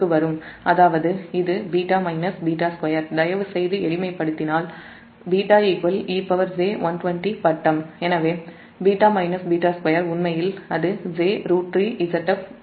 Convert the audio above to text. அதாவது இது β β2 எளிமைப்படுத்தினால் டிகிரி எனவே β β2 உண்மையில் அது j∗ √𝟑ZfIb